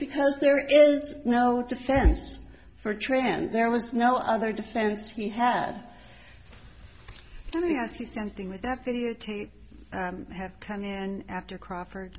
because there is no defense for trans there was no other defense he had let me ask you something with that have come in and after crawford